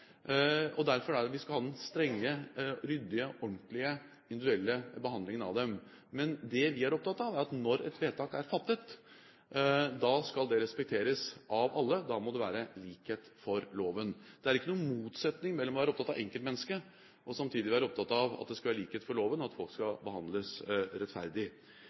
Derfor skal vi ha den strenge, ryddige, ordentlige og individuelle behandlingen av dem. Men det vi er opptatt av, er at når et vedtak er fattet, da skal det respekteres av alle. Da må det være likhet for loven. Det er ikke noen motsetning mellom å være opptatt av enkeltmennesket, og samtidig være opptatt av at det skal være likhet for loven, at folk skal behandles rettferdig.